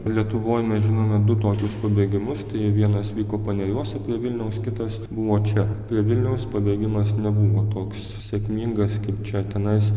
lietuvoj mes žinome du tokius pabėgimus tai vienas vyko paneriuose prie vilniaus kitas buvo čia prie vilniaus pabėgimas nebuvo toks sėkmingas kaip čia tenais